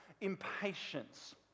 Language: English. impatience